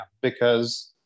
because-